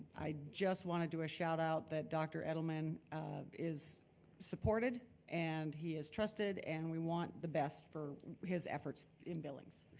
i just wanted to do a shout out that dr. edelman um is supported and he is trusted and we want the best for his efforts in billings.